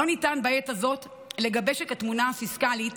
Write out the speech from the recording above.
לא ניתן בעת הזאת לגבש את התמונה הפיסקלית